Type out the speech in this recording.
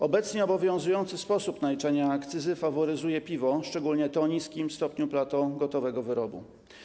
Obecnie obowiązujący sposób naliczania akcyzy faworyzuje piwo, szczególnie to o niskim stopniu Plato gotowego wyrobu.